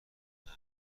آنجا